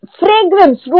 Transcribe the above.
fragrance